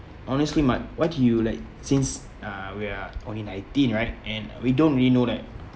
honestly mad what do you like since uh we are only nineteen right and we don't really know that